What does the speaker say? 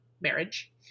marriage